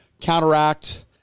counteract